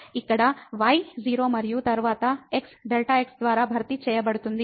ఇక్కడ y 0 మరియు తరువాత x Δx ద్వారా భర్తీ చేయబడుతుంది